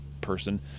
person